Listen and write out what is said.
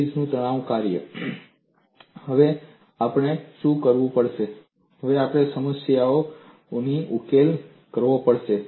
Airy's Airys નું તણાવ કાર્ય તો હવે આપણે શું કરવું પડશે આપણે આ સમીકરણો ઉકેલવા પડશે